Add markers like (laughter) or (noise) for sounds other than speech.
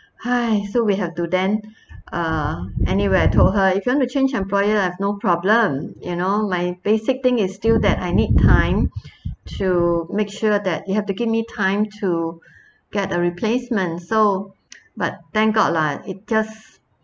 !hais! so we have to then uh anyway I told her if you want to change employer I have no problem you know my basic thing is still that I need time to make sure that you have to give me time to get a replacement so (noise) but thank god lah it just